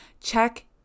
check